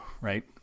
right